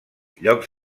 llocs